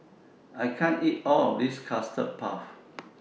I can't eat All of This Custard Puff